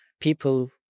people